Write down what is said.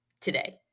today